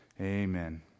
Amen